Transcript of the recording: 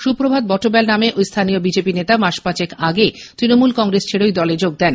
সুপ্রভাত বটব্যাল নামে ঐ স্থানীয় বিজেপি নেতা মাস পাঁচেক আগে ত্রণমূল কংগ্রেস ছেড়ে ঐ দলে যোগ দেন